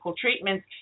treatments